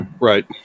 right